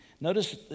notice